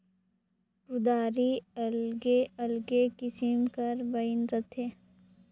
कुदारी अलगे अलगे किसिम कर बइन रहथे